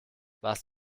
warst